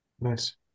Nice